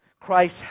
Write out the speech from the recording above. Christ